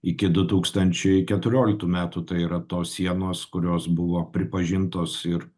iki du tūkstančiai keturioliktų metų tai yra tos sienos kurios buvo pripažintos ir